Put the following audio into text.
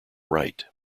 right